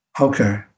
okay